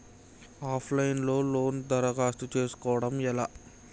Of line లో loan దరఖాస్తు చేసుకోవడం ఎలా?